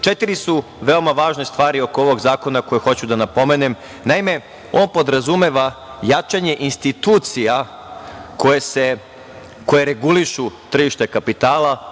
celini. Četiri su veoma važne stvari oko ovog zakona koje hoću da napomenem. Naime, on podrazumeva jačanje institucija koje regulišu tržište kapitala.